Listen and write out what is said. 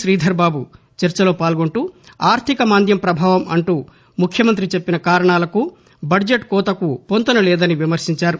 శ్రీధర్బాబు చర్చలో పాల్గొంటూ ఆర్థికమాంద్యం ప్రభావం అంటూ ముఖ్యమంతి చెప్పిన కారణాలకు బద్షెటు కోతకు పొంతన లేదని విమర్గించారు